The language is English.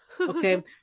okay